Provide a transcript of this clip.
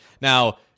Now